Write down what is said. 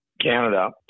Canada